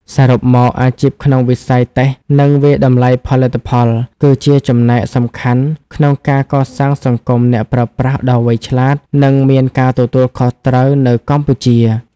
សរុបមក អាជីពក្នុងវិស័យតេស្ត និងវាយតម្លៃផលិតផល គឺជាចំណែកសំខាន់ក្នុងការកសាងសង្គមអ្នកប្រើប្រាស់ដ៏វៃឆ្លាត និងមានការទទួលខុសត្រូវនៅកម្ពុជា។